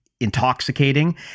intoxicating